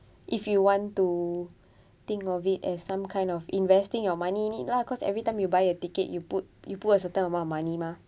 if you want to think of it as some kind of investing your money need lah cause every time you buy your ticket you put you put a certain amount of money mah